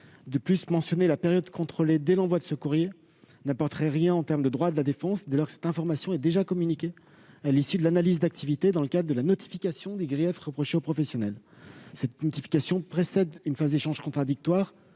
De plus, mentionner la période contrôlée dès l'envoi de ce courrier n'apporterait rien en termes de droits de la défense, dès lors que cette information est déjà communiquée à l'issue de l'analyse d'activité dans le cadre de la notification des griefs reprochés aux professionnels. Cette notification précède une phase d'échanges contradictoires